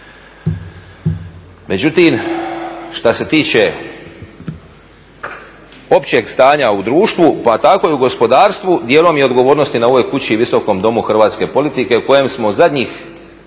Međutim, šta se tiče općeg stanja u društvu, pa tako i u gospodarstvu dijelom je odgovornost i na ovoj kući i Visokom domu hrvatske politike u kojem smo zadnjih,